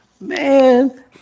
Man